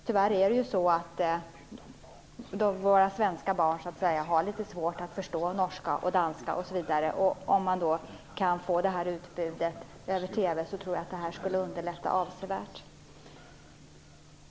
Tyvärr har våra svenska barn litet svårt att förstå norska och danska, och om man kan få ett nordiskt utbud i TV skulle det underlätta avsevärt.